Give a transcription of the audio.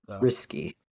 risky